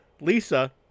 Lisa